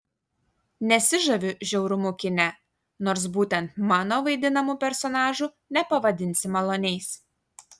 nesižaviu žiaurumu kine nors būtent mano vaidinamų personažų nepavadinsi maloniais